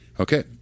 Okay